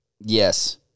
Yes